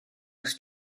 wrth